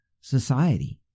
society